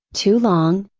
too long,